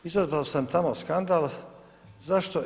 Izazvao sam tamo skandal, zašto?